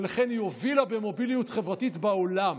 ולכן היא הובילה במוביליות חברתית בעולם,